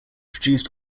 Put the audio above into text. produced